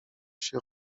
się